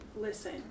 Listen